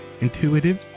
intuitive